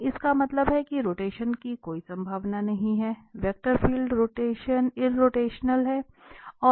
तो इसका मतलब है कि रोटेशन की कोई भावना नहीं है वेक्टर फील्ड इरोटेशनल है